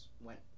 went